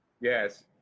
Yes